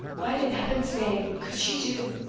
what, in heaven's name, could she do?